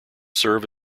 serve